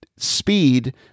speed